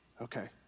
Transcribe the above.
Okay